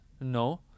No